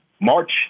March